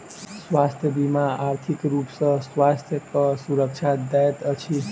स्वास्थ्य बीमा आर्थिक रूप सॅ स्वास्थ्यक सुरक्षा दैत अछि